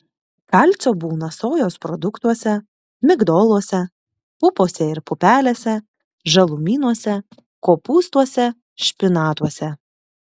kalcio būna sojos produktuose migdoluose pupose ir pupelėse žalumynuose kopūstuose špinatuose